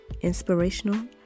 Inspirational